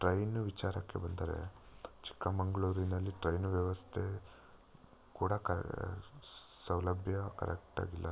train ವಿಚಾರಕ್ಕೆ ಬಂದರೆ ಚಿಕ್ಕ ಮಂಗಳೂರಿನಲ್ಲಿ ಟ್ರೈನು ವ್ಯವಸ್ಥೆ ಕೂಡ ಕ ಸೌಲಭ್ಯ ಕರೆಕ್ಟಾಗಿ ಇಲ್ಲ ನಮಗೆ